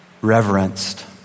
reverenced